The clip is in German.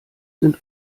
sind